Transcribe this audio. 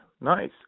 nice